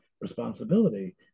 responsibility